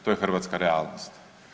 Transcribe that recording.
To je hrvatska realnost.